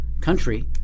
country